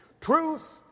Truth